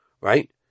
right